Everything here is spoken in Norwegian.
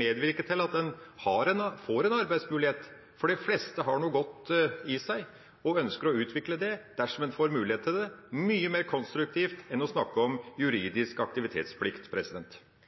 medvirke til at de får en arbeidsmulighet, for de fleste har noe godt i seg og ønsker å utvikle det dersom en får mulighet til det. Det er mye mer konstruktivt enn å snakke om juridisk aktivitetsplikt.